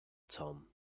tom